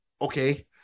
okay